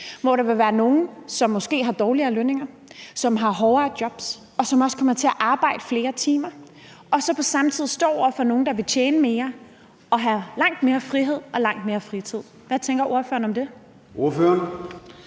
der vil være nogle, som måske har dårligere lønninger, som har hårdere jobs, og som også kommer til at arbejde flere timer, og som på samme tid vil stå over for nogle, der vil tjene mere og have langt mere frihed og langt mere fritid? Hvad tænker ordføreren om det? Kl.